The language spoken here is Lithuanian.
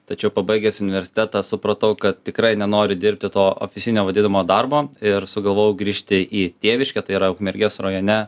tačiau pabaigęs universitetą supratau kad tikrai nenoriu dirbti to ofisinio vadinamo darbo ir sugalvojau grįžti į tėviškę tai yra ukmergės rajone